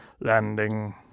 landing